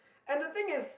and the thing is